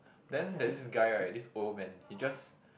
then there's this guy right this old man he just